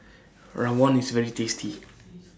Rawon IS very tasty